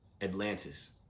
Atlantis